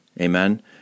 Amen